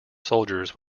soldiers